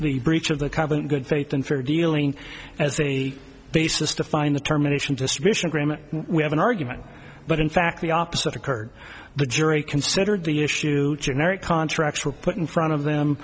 the breach of the common good faith and fair dealing as a basis to find the terminations distribution agreement we have an argument but in fact the opposite occurred the jury considered the issue generic contracts were put in front of them